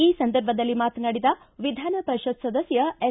ಈ ಸಂದರ್ಭದಲ್ಲಿ ಮಾತನಾಡಿದ ವಿಧಾನ ಪರಿಷತ್ ಸದಸ್ಯ ಎಸ್